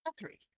Three